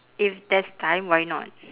if there's time why not